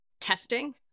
testing